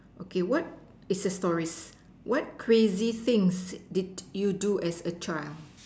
okay what is it's a story what crazy things did you do as a child